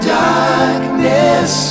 darkness